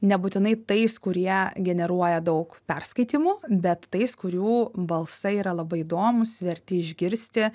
nebūtinai tais kurie generuoja daug perskaitymų bet tais kurių balsai yra labai įdomūs verti išgirsti